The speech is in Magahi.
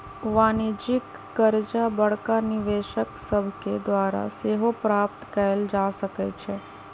वाणिज्यिक करजा बड़का निवेशक सभके द्वारा सेहो प्राप्त कयल जा सकै छइ